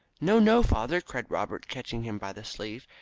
no, no, father, cried robert, catching him by the sleeve.